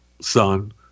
son